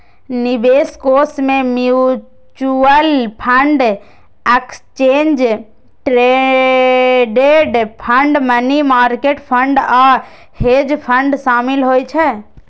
निवेश कोष मे mutual fund, exchange traded fund, money market fund आ हेज फंड शामिल होइ छै